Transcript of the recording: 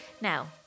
Now